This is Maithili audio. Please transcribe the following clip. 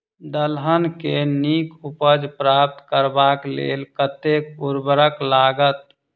दलहन केँ नीक उपज प्राप्त करबाक लेल कतेक उर्वरक लागत?